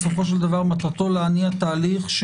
בסופו של דבר מטרתו להניע תהליך,